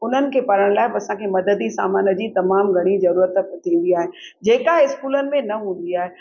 उन्हनि खे पढ़ण लाइ बि असांखे मददी सामान जी तमामु घणी ज़रूरत थींदी आहे जेका स्कूलनि में न हूंदी आहे